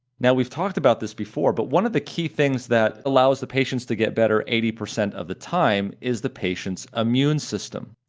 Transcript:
now we've talked about this before but one of the key things that allows the patients to get better eighty percent of the time is the patient's immune system,